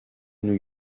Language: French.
new